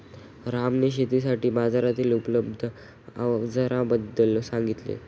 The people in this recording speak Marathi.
रामने शेतीसाठी बाजारातील उपलब्ध अवजारांबद्दल सांगितले